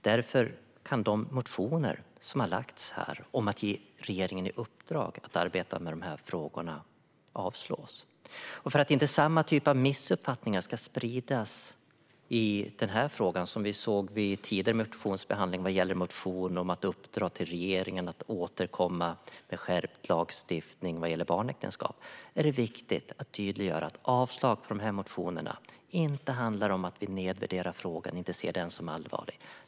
Därför kan de motioner som har väckts här om att ge regeringen i uppdrag att arbeta med frågorna avslås. För att inte samma typ av missuppfattningar ska spridas i frågan som vi såg vid tidigare motionsbehandling vad gäller motioner om att uppdra till regeringen att återkomma med skärpt lagstiftning vad gäller barnäktenskap, är det viktigt att tydliggöra att avslag på dessa motioner inte handlar om att vi nedvärderar frågan och inte ser den som allvarlig.